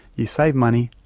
you save money,